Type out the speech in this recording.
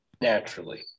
Naturally